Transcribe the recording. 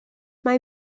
mae